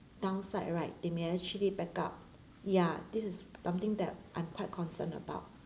downside right they may actually backup ya this is something that I'm quite concerned about